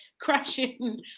crashing